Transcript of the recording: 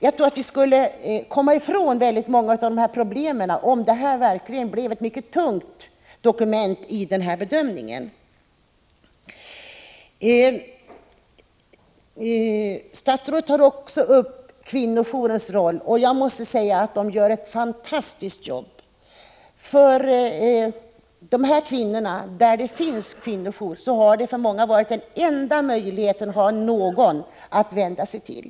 Jag tror att vi skulle komma ifrån många av de här problemen om dessa hänsyn verkligen fick väga tungt vid bedömningen. Statsrådet pekade också på kvinnojourernas roll. Jag måste säga att de gör ett fantastiskt arbete. På de platser där det finns en kvinnojour har denna ofta varit de här kvinnornas enda tillflyktsort när de behövt någon att vända sig till.